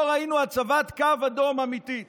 לא ראינו הצבת קו אדום אמיתית.